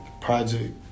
project